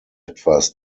etwas